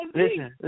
listen